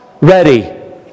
ready